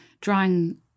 drawing